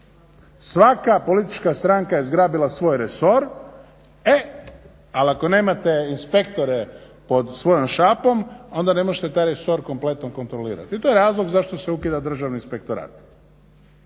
Svaka politička stranka je zgrabila svoj resor, e ali ako nemate inspektore pod svojom šapom onda ne možete taj resor kompletno kontrolirati i to je razlog zašto se ukida Državni inspektorat.